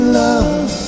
love